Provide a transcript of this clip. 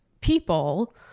people